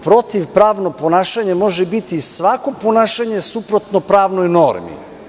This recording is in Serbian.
Protivpravno ponašanje može biti svako ponašanje suprotno pravnoj normi.